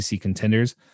contenders